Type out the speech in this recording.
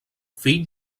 fill